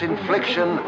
Infliction